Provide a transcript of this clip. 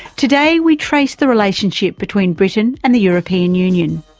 today we trace the relationship between britain and the european union.